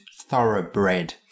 thoroughbred